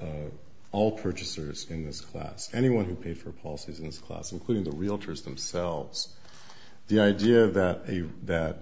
have all purchasers in this class anyone who paid for policies in this class including the realtors themselves the idea that that